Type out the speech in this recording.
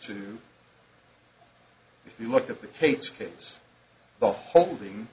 to if you look at the pates case the holding